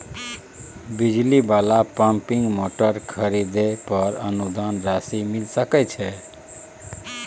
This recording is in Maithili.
बिजली वाला पम्पिंग मोटर खरीदे पर अनुदान राशि मिल सके छैय?